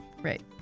Right